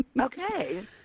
okay